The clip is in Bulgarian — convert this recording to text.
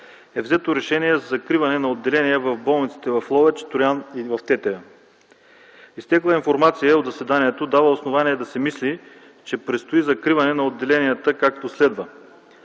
е взето решение за закриване на отделения в болниците в Ловеч, в Троян и в Тетевен. Изтекла информация от заседанието дава основание да се мисли, че предстои закриване на отделенията, както следва: